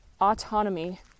autonomy